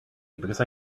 because